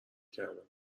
کردم